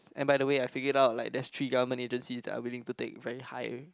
and by the way I figured it out like there's three government agencies that are willing to take very high